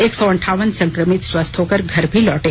एक सौ अंठावन संक्रमित स्वस्थ होकर घर भी लौटे